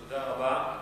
תודה רבה.